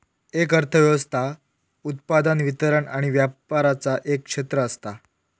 एक अर्थ व्यवस्था उत्पादन, वितरण आणि व्यापराचा एक क्षेत्र असता